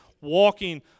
walking